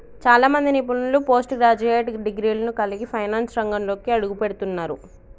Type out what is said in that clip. చాలా మంది నిపుణులు పోస్ట్ గ్రాడ్యుయేట్ డిగ్రీలను కలిగి ఫైనాన్స్ రంగంలోకి అడుగుపెడుతున్నరు